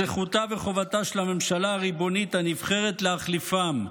זכותה וחובתה של הממשלה הריבונית הנבחרת להחליפם,